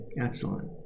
Excellent